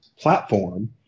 platform